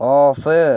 off